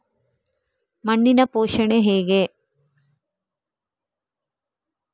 ಮಣ್ಣಿನ ಪೋಷಣೆ ಹೇಗೆ?